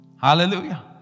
Hallelujah